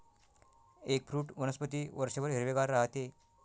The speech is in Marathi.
एगफ्रूट वनस्पती वर्षभर हिरवेगार राहते